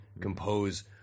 compose